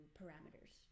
parameters